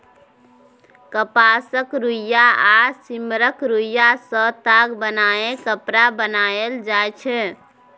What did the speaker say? कपासक रुइया आ सिम्मरक रूइयाँ सँ ताग बनाए कपड़ा बनाएल जाइ छै